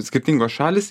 skirtingos šalys